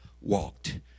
walked